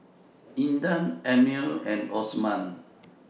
Intan Ammir and Osman